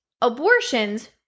abortions